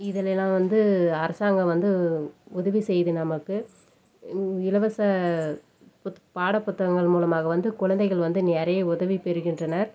இதெலலாம் வந்து அரசாங்கம் வந்து உதவி செய்வது நமக்கு இலவச புத் பாட புத்தகங்கள் மூலமாக வந்து குழந்தைகள் வந்து நிறைய உதவி பெறுகின்றனர்